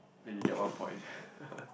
really get one point